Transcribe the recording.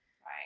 Right